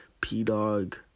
p-dog